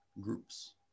groups